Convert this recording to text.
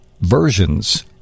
versions